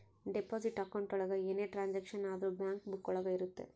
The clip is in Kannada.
ಡೆಪಾಸಿಟ್ ಅಕೌಂಟ್ ಒಳಗ ಏನೇ ಟ್ರಾನ್ಸಾಕ್ಷನ್ ಆದ್ರೂ ಬ್ಯಾಂಕ್ ಬುಕ್ಕ ಒಳಗ ಇರುತ್ತೆ